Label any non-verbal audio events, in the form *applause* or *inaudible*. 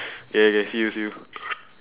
*breath* okay okay see you see you